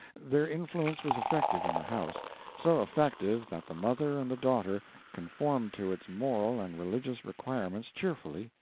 their influence was effective in the house so effective that the mother and the daughter conformed to its moral and religious requirements cheerfully,